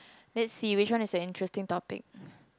let's see which one is an interesting topic